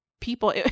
people